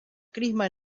crisma